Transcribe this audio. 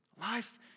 Life